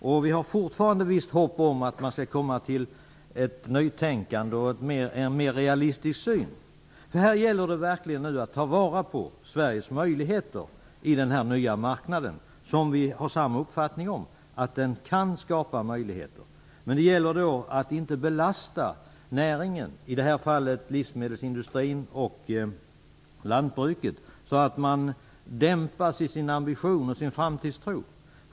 Vi har fortfarande visst hopp om att regeringen skall komma fram till ett nytänkande och en mer realistisk syn. Det gäller nu verkligen att ta vara på Sveriges möjligheter på denna nya marknad, som vi har samma uppfattning om. Den kan skapa möjligheter. Men det gäller att inte belasta näringen - i detta fall livsmedelsindustrin och lantbruket - så att man dämpas i sin ambition och sin framtidstro.